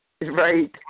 Right